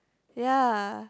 ya